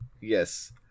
Yes